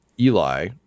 Eli